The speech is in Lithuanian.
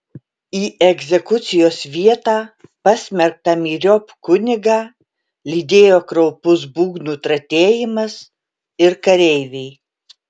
į egzekucijos vietą pasmerktą myriop kunigą lydėjo kraupus būgnų tratėjimas ir kareiviai